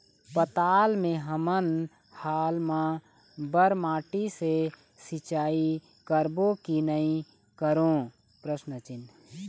पताल मे हमन हाल मा बर माटी से सिचाई करबो की नई करों?